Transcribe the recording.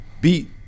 beat